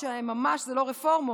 שממש זה לא רפורמות,